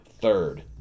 Third